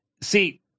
See